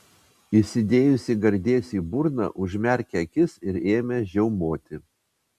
įsidėjusi gardėsį į burną užmerkė akis ir ėmė žiaumoti